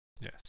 Yes